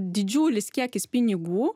didžiulis kiekis pinigų